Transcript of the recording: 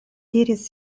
diris